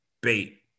bait